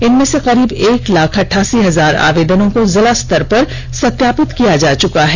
इनमें से करीब एक लाख अठासी हजार आवेदनों को जिलास्तर पर सत्यापित किया जा चुका है